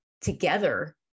together